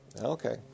Okay